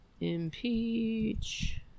Impeach